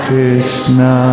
Krishna